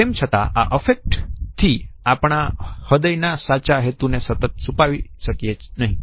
તેમ છતાં આ અફેક્ટથી આપણા હૃદયના સાચા હેતુ ને સતત છુપાવી શકીયે નહિ